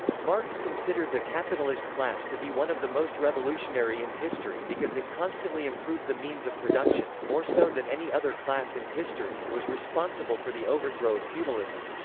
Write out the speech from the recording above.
marx considered the capitalist class to be one of the most revolutionary in history because it constantly improved the means of production, more so than any other class in history and was responsible for the overthrow of feudalism.